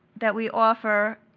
that we offer